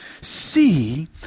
see